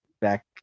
back